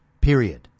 period